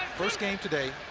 first game today.